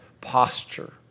posture